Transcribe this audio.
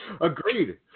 Agreed